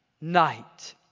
night